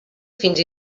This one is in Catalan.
fins